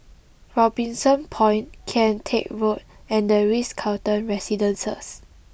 Robinson Point Kian Teck Road and the Ritz Carlton Residences